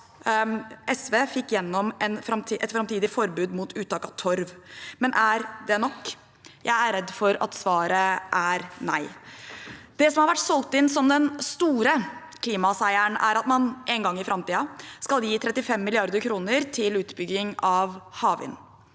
SV fikk igjennom et framtidig forbud mot uttak av torv, men er det nok? Jeg er redd for at svaret er nei. Det som har vært solgt inn som den store klimaseieren, er at man en gang i framtiden skal gi 35 mrd. kr til utbygging av havvind.